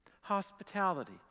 Hospitality